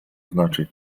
znaczy